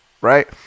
right